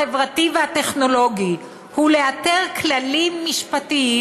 החברתי והטכנולוגי הוא לאתר כללים משפטיים